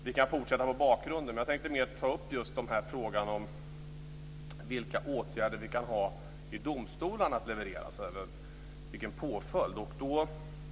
Vi kan fortsätta om bakgrunden, men jag tänkte mer ta upp just frågan om vilka påföljder domstolarna kan ha att leverera.